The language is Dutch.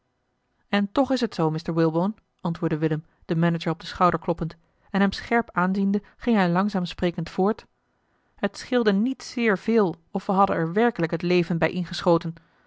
en toch is het zoo mr walebone antwoordde willem den manager op den schouder kloppend en hem scherp aanziende ging hij langzaam sprekend voort t scheelde niet zeer veel of we hadden er werkelijk het leven bij ingeschoten